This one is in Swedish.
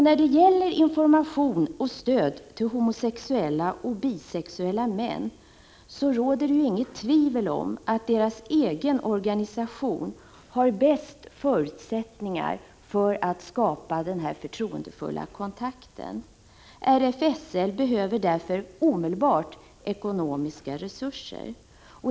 När det gäller information och stöd till homosexuella och bisexuella män råder det inget tvivel om att det är deras egen organisation som har de bästa förutsättningarna att skapa den förtroendefulla kontakten. RFSL behöver därför omedelbart ekonomiska resurser.